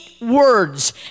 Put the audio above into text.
words